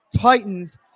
titans